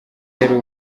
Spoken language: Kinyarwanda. yari